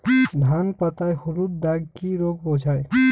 ধান পাতায় হলুদ দাগ কি রোগ বোঝায়?